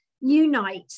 unite